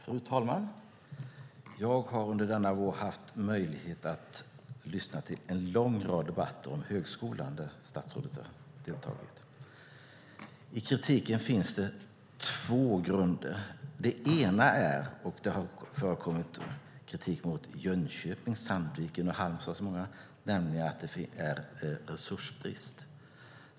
Fru talman! Jag har under denna vår haft möjlighet att lyssna till en lång rad debatter om högskolan där statsrådet har deltagit. I kritiken finns det två grunder. Det har förekommit kritik mot högskolorna i Jönköping, Sandviken och Halmstad där många nämner resursbrist.